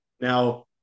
now